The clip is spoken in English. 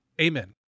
Amen